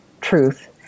truth